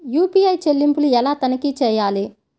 UPI చెల్లింపులు ఎలా తనిఖీ చేయాలి?